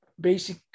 basic